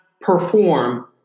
perform